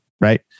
right